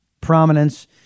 prominence